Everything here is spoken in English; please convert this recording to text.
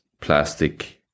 plastic